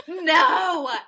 No